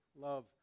Love